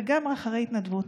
וגם אחרי התנדבות.